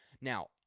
Now